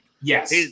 Yes